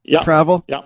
travel